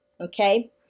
okay